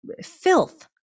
filth